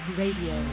radio